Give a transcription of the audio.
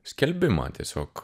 skelbimą tiesiog